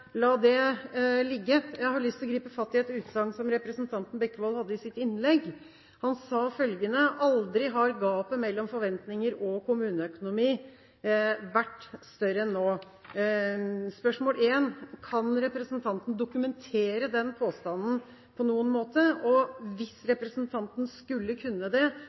la det ligge. Jeg har lyst til å gripe fatt i et utsagn som representanten Bekkevold hadde i sitt innlegg. Han sa at aldri har gapet mellom forventninger og kommuneøkonomien vært større enn nå. Spørsmålet er: Kan representanten dokumentere den påstanden på noen måte? Og hvis representanten skulle kunne det, hva ser representanten da som årsaken til det? Kan det